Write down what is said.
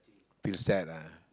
feel sad ah